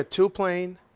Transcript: ah two plain,